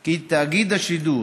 כי תאגיד השידור